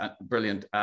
brilliant